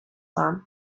village